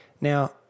Now